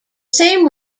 same